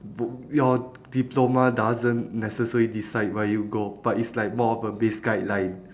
b~ your diploma doesn't necessary decide where you go but it's like more of a base guideline